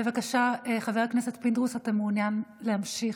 בבקשה, חבר הכנסת פינדרוס, אתה מעוניין להמשיך?